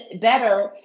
better